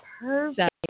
Perfect